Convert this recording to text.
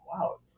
Wow